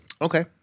Okay